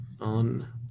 on